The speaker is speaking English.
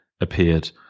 appeared